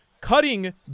cutting